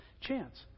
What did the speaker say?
chance